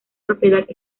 propiedad